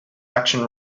action